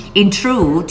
intrude